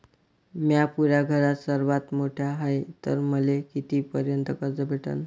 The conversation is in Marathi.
म्या पुऱ्या घरात सर्वांत मोठा हाय तर मले किती पर्यंत कर्ज भेटन?